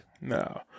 No